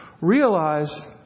Realize